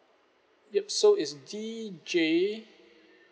yup so is D_J